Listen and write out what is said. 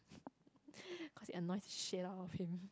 cause it annoys the shit out of him